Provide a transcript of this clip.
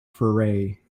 foray